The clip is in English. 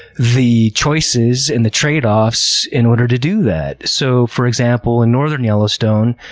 the choices and the tradeoffs in order to do that. so for example, in northern yellowstone,